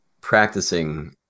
practicing